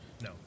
No